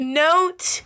note